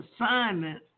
assignment